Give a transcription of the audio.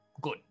good